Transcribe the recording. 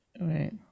Right